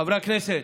חברי הכנסת,